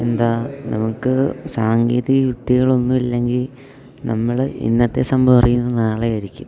എന്താ നമുക്ക് സാങ്കേതിക വിദ്യകളൊന്നും ഇല്ലെങ്കിൽ നമ്മൾ ഇന്നത്തെ സംഭവം അറിയുന്നത് നാളെ ആയിരിക്കും